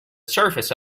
surface